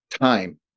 time